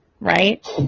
Right